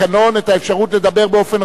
את האפשרות לדבר באופן רצוף.